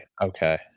okay